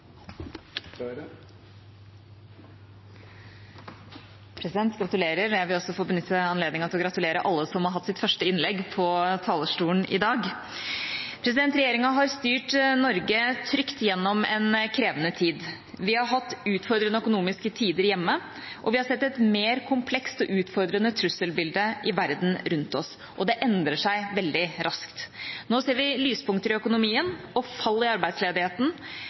President – gratulerer! Jeg vil også få benytte anledningen til å gratulere alle som har hatt sitt første innlegg fra talerstolen i dag. Regjeringa har styrt Norge trygt gjennom en krevende tid. Vi har hatt utfordrende økonomiske tider hjemme, og vi har sett et mer komplekst og utfordrende trusselbilde i verden rundt oss – og det endrer seg veldig raskt. Nå ser vi lyspunkter i økonomien og fall i arbeidsledigheten,